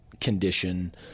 condition